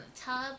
tub